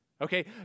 okay